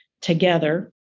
together